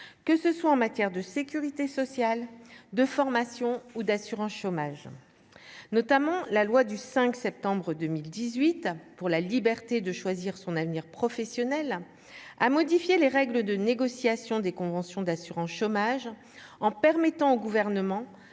que ce soit en matière de sécurité sociale de formation ou d'assurance chômage, notamment la loi du 5 septembre 2018 pour la liberté de choisir son avenir professionnel a modifié les règles de négociation des conventions d'assurance chômage, en permettant au gouvernement